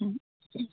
ओम